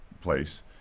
place